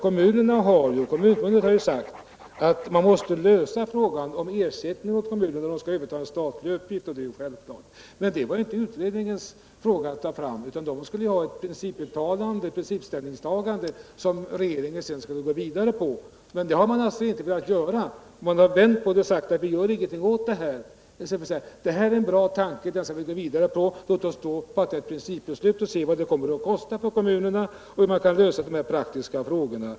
Kommunförbundet har sagl att man måste lösa frågan om ersättning till kommunerna när de skall överta en statlig uppgift. Det var inte utredningens uppgift att arbeta med den frågan, utan man skulle göra ett principiellt ställningstagande som regeringen sedan skulle arbeta vidare med. Men det har man alltså inte gjort. I stället borde man ha resonerat så här: Det här är en bra tanke som vi skall arbeta vidare med. Låt oss fatta ett principbeslut och se vad det kommer att kosta för kommunerna att lösa dessa praktiska frågor.